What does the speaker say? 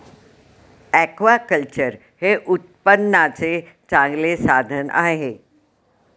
aquaculture हे उत्पन्नाचे चांगले साधन बनत आहे